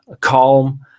calm